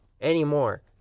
anymore